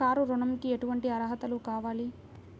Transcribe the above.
Car ఋణంకి ఎటువంటి అర్హతలు కావాలి?